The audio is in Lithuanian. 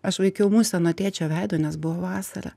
aš vaikiau musę nuo tėčio veido nes buvo vasara